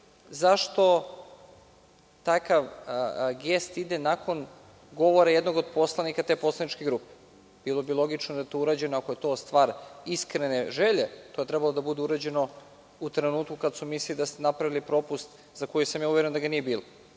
zašto takav gest ide nakon govora jednog od poslanika te poslaničke grupe. Bilo bi logično da je to urađeno, ako je to stvar iskrene želje. To bi trebalo da bude urađeno u trenutku kad su mislili da ste napravili propust za koji sam uveren da ga nije